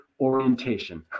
orientation